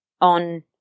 on